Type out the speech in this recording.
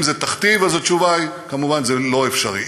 אם זה תכתיב, אז התשובה היא כמובן שזה לא אפשרי.